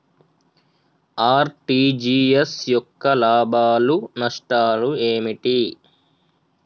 RTGS యొక్క లాభాలు నష్టాలు ఏమిటి?